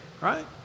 right